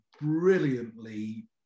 brilliantly